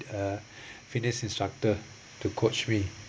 uh fitness instructor to coach me